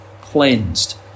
cleansed